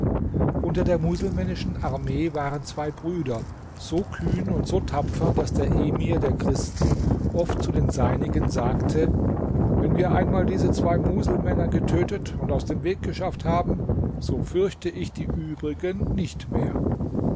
unter der muselmännischen armee waren zwei brüder so kühn und so tapfer daß der emir der christen oft zu den seinigen sagte wenn wir einmal diese zwei muselmänner getötet und aus dem weg geschafft haben so fürchte ich die übrigen nicht mehr